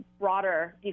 broader